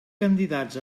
candidats